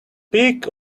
peak